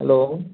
hello